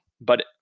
But-